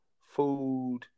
food